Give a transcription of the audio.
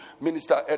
minister